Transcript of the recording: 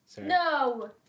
no